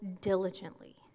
diligently